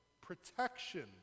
protection